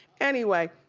anyway,